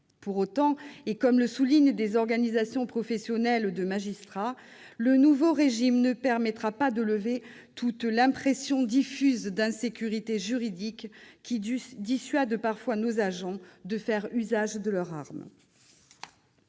Pour autant, comme le soulignent des organisations professionnelles de magistrats, le nouveau régime ne permettra pas de lever toute l'impression diffuse d'insécurité juridique qui dissuade parfois nos agents de faire usage de leur arme.